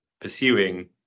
pursuing